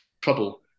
trouble